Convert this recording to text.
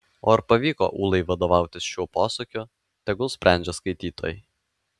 o ar pavyko ūlai vadovautis šiuo posakiu tegul sprendžia skaitytojai